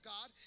God